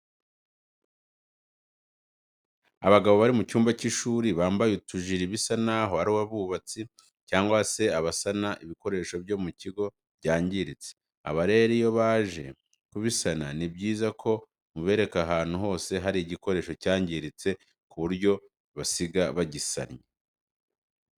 Abagabo bari mu cyumba cy'ishuri bambaye utujire bisa naho ari abubatsi cyangwa se abasana ibikoresho byo mu kigo byangiritse, aba rero iyo baje kubisana ni byiza ko mubereka ahantu hose hari igikoresho cyangiritse ku buryo basiga bagisannye.